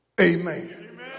amen